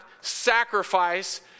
sacrifice